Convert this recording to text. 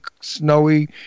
snowy